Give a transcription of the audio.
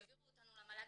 העבירו אותנו למל"ג",